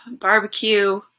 barbecue